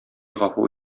гафу